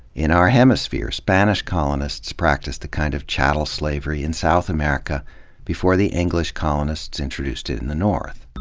in our hemisphere, spanish colonists practiced a kind of chattel slavery in south america before the english colonists introduced it in the north.